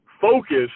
focus